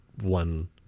one